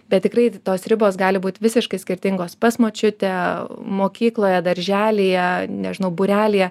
bet tikrai tos ribos gali būt visiškai skirtingos pas močiutę mokykloje darželyje nežinau būrelyje